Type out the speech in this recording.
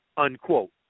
Unquote